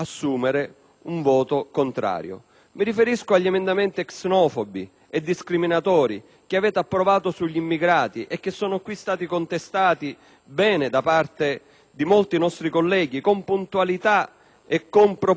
Mi riferisco agli emendamenti xenofobi e discriminatori che avete approvato sugli immigrati e che sono qui stati contestati bene da parte di molti nostri colleghi con puntualità e con proposte seriamente alternative.